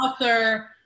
author